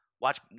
Watch